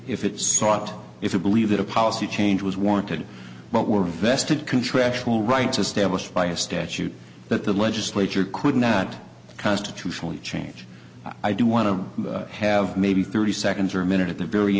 if it sought if you believe that a policy change was warranted but were vested contractual rights established by a statute that the legislature could not constitutionally change i do want to have maybe thirty seconds or a minute at the very